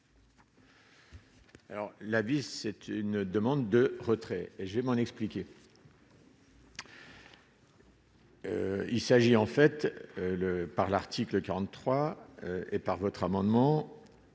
Alors, la vie c'est une demande de retrait et je vais m'en expliquer. Il s'agit, en fait, le par l'article 43 et par votre amendement.